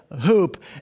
hoop